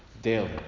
Daily